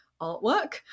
artwork